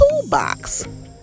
toolbox